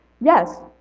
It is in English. yes